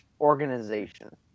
Organization